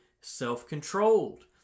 self-controlled